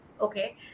Okay